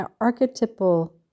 Archetypal